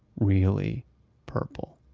really purple